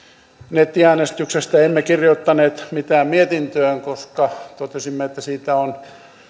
nettiäänestyksestä emme kirjoittaneet mitään mietintöön koska totesimme että siitä on